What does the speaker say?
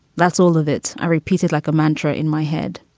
that's all of it. i repeated like a mantra in my head.